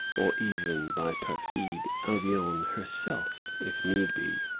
or even by perfide albion herself, if need be.